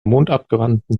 mondabgewandten